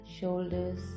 shoulders